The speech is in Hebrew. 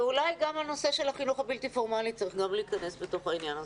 אולי גם הנושא של החינוך הבלתי פורמלי צריך להיכנס לעניין הזה.